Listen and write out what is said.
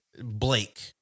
Blake